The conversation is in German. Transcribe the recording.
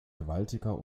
gewaltiger